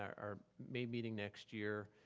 or may meeting next year,